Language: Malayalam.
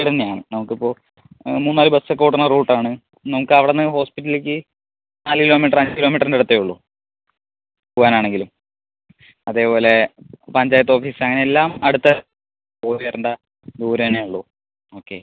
വീടെന്നെ ആണ് നമുക്ക് ഇപ്പോൾ മൂന്നാല് ബസൊക്കെ ഓടണ റൂട്ടാണ് നമുക്ക് അവിടുന്ന് ഹോസ്പിറ്റലേക്ക് നാല് കിലോമീറ്ററ് അഞ്ച് കിലോമീറ്ററിൻ്റ അടുത്തെ ഉള്ളൂ പോവാൻ ആണെങ്കില് അതേപോലെ പഞ്ചായത്ത് ഓഫീസ് അങ്ങനെ എല്ലാം അടുത്ത് പോയി വരേണ്ട ദൂരെന്നെ ഉള്ളൂ ഓക്കെ